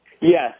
Yes